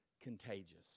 contagious